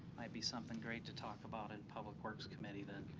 might be something great to talk about in public works committee then.